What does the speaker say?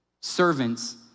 Servants